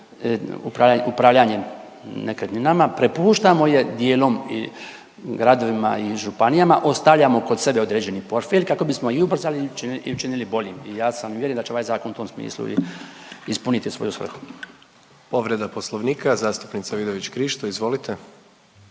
upravljanjem nekretninama, prepuštamo je dijelom gradovima i županijama, ostavljamo kod sebe određeni portfelj kako bismo i ubrzali i učinili, učinili boljim i ja sam uvjeren da će ovaj zakon u tom smislu i ispuniti svoju svrhu.